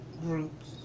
groups